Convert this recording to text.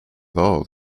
though